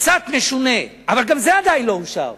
קצת משונה, אבל גם זה עדיין לא אושר.